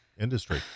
industry